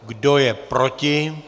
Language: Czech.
Kdo je proti?